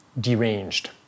deranged